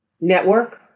network